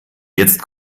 jetzt